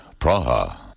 Praha